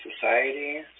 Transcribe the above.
society